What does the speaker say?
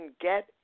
get